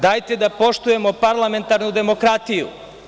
Dajte da poštujemo parlamentarnu demokratiju.